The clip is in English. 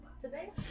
today